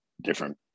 different